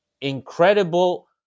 incredible